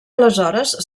aleshores